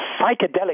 psychedelic